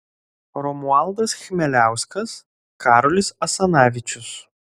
romualdas chmeliauskas karolis asanavičius